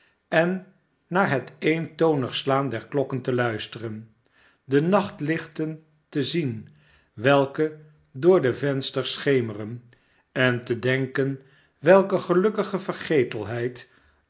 en naar het eentonig slaan der klokken te luisteren de nachtlichten te zien welke door de vensters schemeren en te denken welke gelukkige